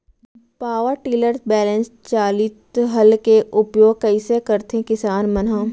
Power tiller बैलेंस चालित हल के उपयोग कइसे करथें किसान मन ह?